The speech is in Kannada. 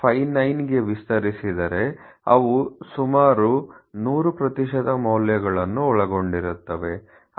59 ಕ್ಕೆ ವಿಸ್ತರಿಸಿದರೆ ಅವು ಸುಮಾರು 100 ಮೌಲ್ಯಗಳನ್ನು ಒಳಗೊಂಡಿರುತ್ತವೆ